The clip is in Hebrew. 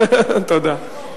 תודה.